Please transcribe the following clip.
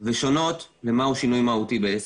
ושונות למה הוא שינוי מהותי בעסק.